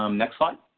um next slide.